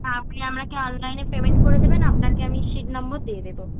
আপনি আমাকে অনলাইনে পেমেন্ট করে দেবেন আপনাকে আমি সিট নম্বর দিয়ে দেবো